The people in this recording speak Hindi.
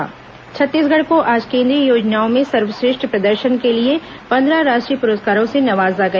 छत्तीसगढ़ पुरस्कार छत्तीसगढ़ को आज केंद्रीय योजनाओं में सर्वश्रेष्ठ प्रदर्शन के लिए पंद्रह राष्ट्रीय पुरस्कारों से नवाजा गया